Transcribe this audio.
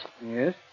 Yes